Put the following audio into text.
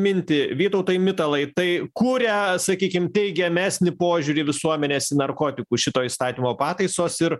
mintį vytautai mitalai tai kuria sakykim teigiamesnį požiūrį visuomenės į narkotikus šito įstatymo pataisos ir